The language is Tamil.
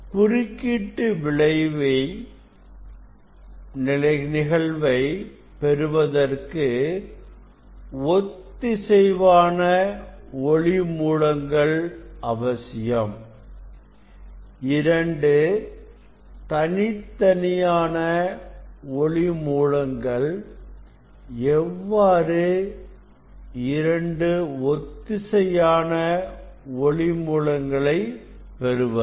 குறுக்கீட்டு விளைவு நிகழ்வை பெறுவதற்கு ஒத்திசைவான ஒளி மூலங்கள் அவசியம் இரண்டு தனித்தனியான ஒளி மூலங்கள் எவ்வாறு இரண்டு ஒத்திசைவான ஒளி மூலங்களை பெறுவது